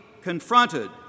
confronted